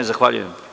Zahvaljujem.